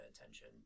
attention